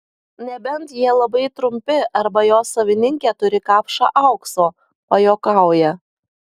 nebent jie labai trumpi arba jo savininkė turi kapšą aukso pajuokauja